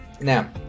Now